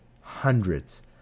hundreds